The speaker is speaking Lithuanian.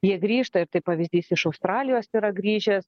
jie grįžta ir tai pavyzdys iš australijos yra grįžę